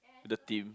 the team